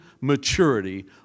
maturity